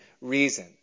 reason